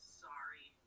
sorry